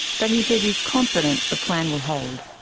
but he says he is confident the plan will hold.